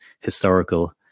historical